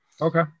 Okay